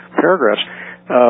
paragraphs